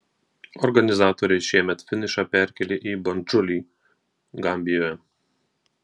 organizatoriai šiemet finišą perkėlė į bandžulį gambijoje